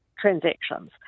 transactions